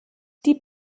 die